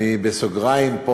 פה אני אומר בסוגריים: